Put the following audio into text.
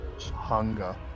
hunger